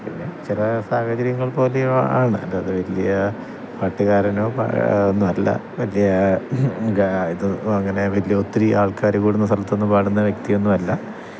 പിന്നെ ചില സാഹചര്യങ്ങള് പതിവാണ് അല്ലാതെ വലിയ പാട്ടുകാരനോ ഒന്നുമല്ല വലിയ ഇത് ഓഹ് അങ്ങനെ വലിയ ഒത്തിരി ആള്ക്കാർ കൂടുന്ന സ്ഥലത്തു നിന്ന് പാടുന്ന വ്യക്തിയൊന്നുമല്ല